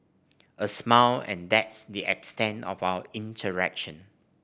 a smile and that's the extent of our interaction